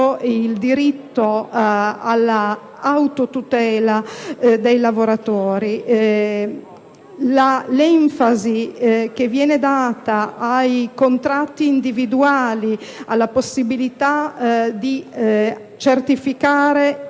al diritto all'autotutela dei lavoratori. L'enfasi che viene data ai contratti individuali, alla possibilità di certificare